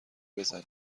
بزنی